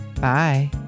Bye